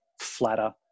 flatter